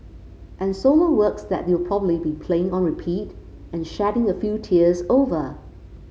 and solo works that you'll probably be playing on repeat and shedding a few tears over